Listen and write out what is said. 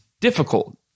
difficult